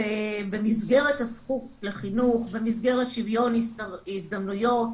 ובמסגרת הזכות לחינוך, במסגרת שוויון הזדמנויות